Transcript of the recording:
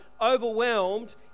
overwhelmed